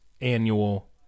annual